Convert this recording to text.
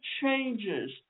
changes